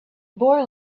boy